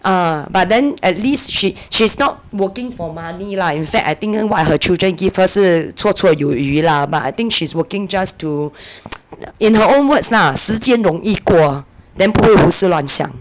uh but then at least she she's not working for money lah in fact I think what her children give her 是绰绰有余 lah I think she's working just to in her own words lah 时间容易过 then 不会胡思乱想